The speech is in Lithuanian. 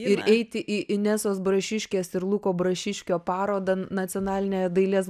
ir eiti į inesos brašiškės ir luko brašiškio parodą nacionalinėje dailės